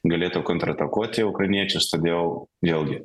galėtų kontratakuoti ukrainiečius todėl vėlgi